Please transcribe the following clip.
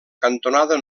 cantonada